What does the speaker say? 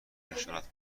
نشانت